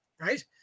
right